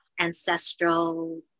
ancestral